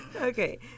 Okay